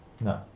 no